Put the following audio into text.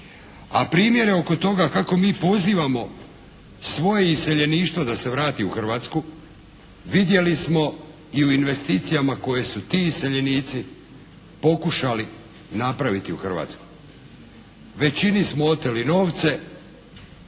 A primjere oko toga kako mi pozivamo svoje iseljeništvo da se vrati u Hrvatsku vidjeli smo i u investicijama koje su ti iseljenici pokušali napraviti u Hrvatskoj. Većini smo oteli novce,